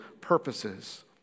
purposes